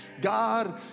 God